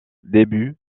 début